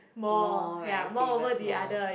more right save us more